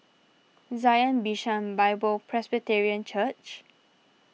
Zion Bishan Bible Presbyterian Church